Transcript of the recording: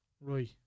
right